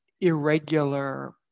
irregular